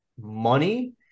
money